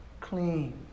clean